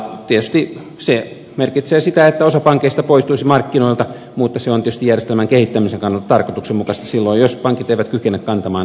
tietysti se merkitsee sitä että osa pankeista poistuisi markkinoilta mutta se on tietysti järjestelmän kehittämisen kannalta tarkoituksenmukaista silloin jos pankit eivät kykene kantamaan omaa vastuutaan